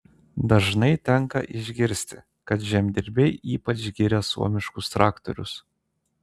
dažnai tenka išgirsti kad žemdirbiai ypač giria suomiškus traktorius